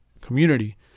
community